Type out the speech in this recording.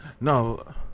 No